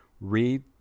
Read